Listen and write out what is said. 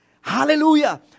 Hallelujah